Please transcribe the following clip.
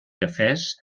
cafès